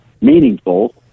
meaningful